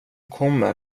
kommer